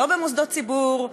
לא במוסדות ציבור,